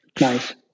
nice